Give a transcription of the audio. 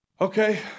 Okay